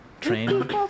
train